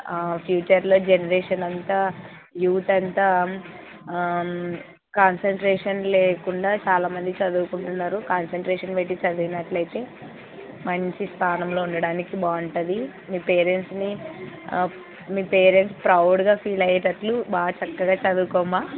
ఫ్యూచర్లో జనరేషన్ అంతా యూత్ అంతా కాన్సన్ట్రేషన్ లేకుండా చాలామంది చదువుకుంటున్నారు కాన్సన్ట్రేషన్ పెట్టి చదివినట్లయితే మంచి స్థానంలో ఉండడానికి బాగుంటుంది మీ పేరెంట్స్ని మీ పేరెంట్స్ ప్రౌడ్గా ఫీల్ అయ్యేటట్లు బాగా చక్కగా చదువుకోమా